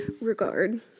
regard